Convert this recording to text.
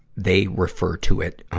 they refer to it, um,